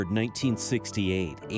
1968